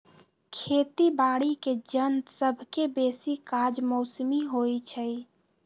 खेती बाड़ीके जन सभके बेशी काज मौसमी होइ छइ